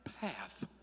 path